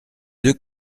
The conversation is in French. deux